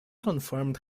confirmed